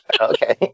Okay